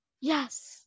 Yes